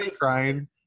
crying